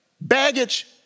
baggage